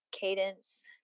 Cadence